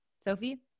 Sophie